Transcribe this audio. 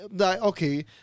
okay